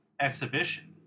exhibition